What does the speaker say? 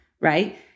right